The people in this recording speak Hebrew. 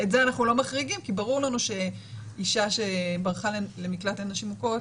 את זה אנחנו לא מחריגים כי ברור לנו שאישה שברחה למקלט לנשים מוכות,